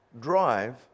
drive